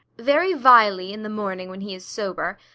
very vilely in the morning when he is sober,